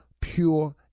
pure